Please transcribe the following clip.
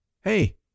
hey